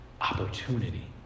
opportunity